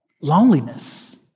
loneliness